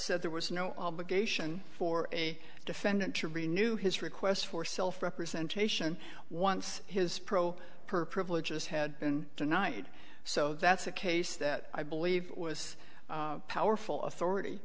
said there was no obligation for a defendant to renew his request for self representation once his pro per privileges had been tonight so that's a case that i believe was powerful authority